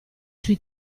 sui